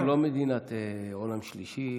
אנחנו לא מדינת עולם שלישי.